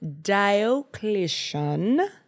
Diocletian